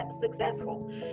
successful